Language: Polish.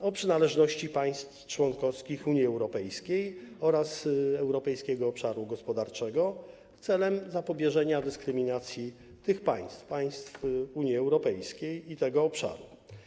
o przynależności państw członkowskich Unii Europejskiej oraz Europejskiego Obszaru Gospodarczego celem zapobieżenia dyskryminacji tych państw, państw Unii Europejskiej i tego obszaru.